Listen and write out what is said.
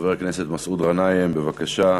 חבר הכנסת מסעוד גנאים, בבקשה.